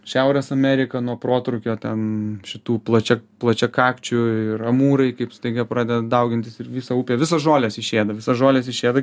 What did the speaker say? šiaurės amerika nuo protrūkio ten šitų plačia plačiakakčių ir amūrai kaip staiga pradeda daugintis ir visą upę visas žoles išėda visas žoles išėda